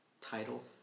title